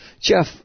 Jeff